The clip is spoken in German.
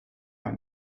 ein